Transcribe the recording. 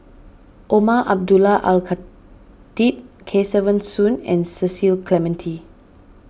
Umar Abdullah Al Khatib Kesavan Soon and Cecil Clementi